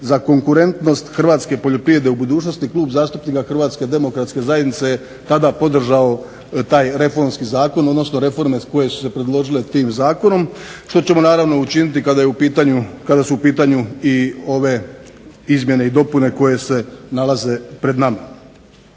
za konkurentnost hrvatske poljoprivrede u budućnosti, Klub zastupnika Hrvatske demokratske zajednice je tada podržao taj reformski zakon, odnosno reforme koje su se predložile tim zakonom što ćemo naravno učiniti kada su u pitanju i ove izmjene i dopune koje se nalaze pred nama.